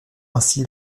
ainsi